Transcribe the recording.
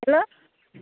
hello